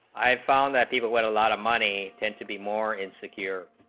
i've found that people but a lot of money and to be more insecure